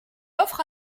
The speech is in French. offre